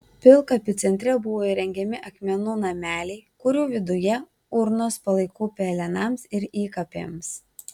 pilkapių centre buvo įrengiami akmenų nameliai kurių viduje urnos palaikų pelenams ir įkapėms